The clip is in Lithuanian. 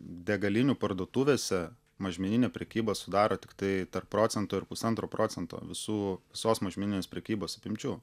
degalinių parduotuvėse mažmeninė prekyba sudaro tiktai tarp procento ir pusantro procento visų sisos mažmeninės prekybos apimčių